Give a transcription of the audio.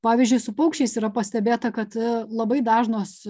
pavyzdžiui su paukščiais yra pastebėta kad labai dažnos